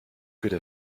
could